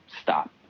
stop